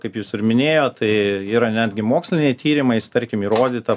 kaip jūs ir minėjot tai yra netgi moksliniai tyrimais tarkim įrodyta